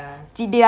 but